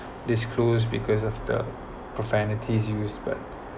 disclosed because of the profanities you use but